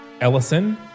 Ellison